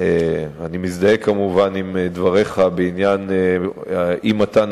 אני מזדהה כמובן עם דבריך בעניין אי-מתן